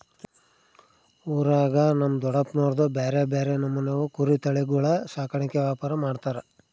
ಊರಾಗ ನಮ್ ದೊಡಪ್ನೋರ್ದು ಬ್ಯಾರೆ ಬ್ಯಾರೆ ನಮೂನೆವು ಕುರಿ ತಳಿಗುಳ ಸಾಕಾಣಿಕೆ ವ್ಯಾಪಾರ ಮಾಡ್ತಾರ